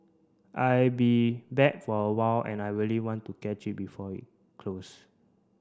I be back for a while and I really want to catch it before it closed